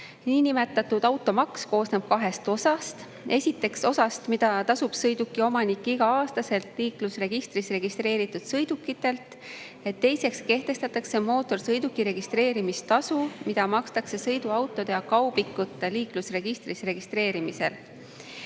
Niinimetatud automaks koosneb kahest osast. Esiteks osa, mida tasub sõiduki omanik igal aastal liiklusregistris registreeritud sõidukitelt. Teiseks kehtestatakse mootorsõiduki registreerimise tasu, mida makstakse sõiduautode ja kaubikute liiklusregistris registreerimisel.